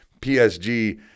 PSG